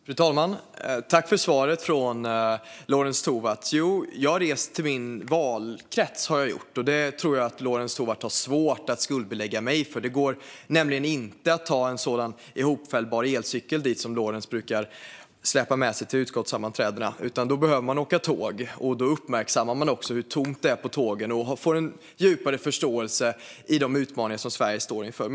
Fru talman! Tack för svaret från Lorentz Tovatt! Jag har rest till min valkrets, och det tror jag att Lorentz Tovatt har svårt att skuldbelägga mig för. Dit går det nämligen inte att ta en sådan där hopfällbar elcykel som Lorentz brukar släpa med sig till utskottssammanträdena, utan man behöver åka tåg. Då uppmärksammar man också hur tomt det är på tågen och får en djupare förståelse för de utmaningar som Sverige står inför.